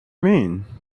mean